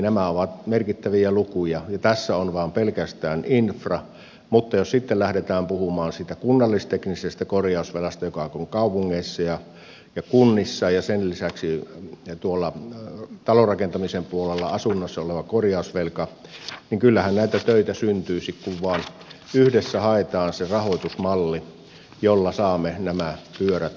nämä ovat merkittäviä lukuja ja tässä on pelkästään infra mutta jos sitten lähdetään puhumaan siitä kunnallisteknisestä korjausvelasta joka on tuolla kaupungeissa ja kunnissa ja sen lisäksi tuolla talonrakentamisen puolella asunnoissa olevasta korjausvelasta niin kyllähän näitä töitä syntyisi kun vain yhdessä haettaisiin se rahoitusmalli jolla saamme nämä pyörät pyörimään